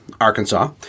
Arkansas